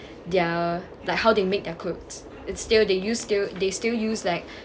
their like how they make their clothes it's still they use still they still use like